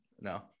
no